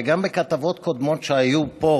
וגם בכתבות קודמות שהיו פה,